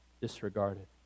disregarded